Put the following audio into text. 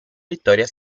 vittoria